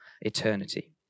eternity